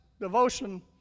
Devotion